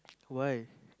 why